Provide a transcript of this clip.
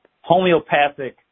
homeopathic